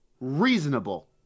Reasonable